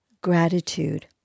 gratitude